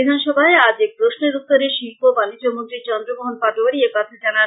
বিধানসভায় আজ এক প্রশ্নের উত্তরে শিল্প ও বানিজ্য মন্ত্রী চন্দ্র মোহন পাটোয়ারী একথা জানান